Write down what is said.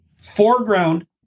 foreground